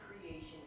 creation